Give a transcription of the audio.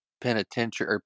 penitentiary